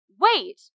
wait